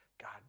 God